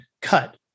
cut